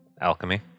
alchemy